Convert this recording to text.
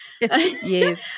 Yes